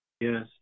Yes